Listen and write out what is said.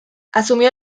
asumió